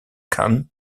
khan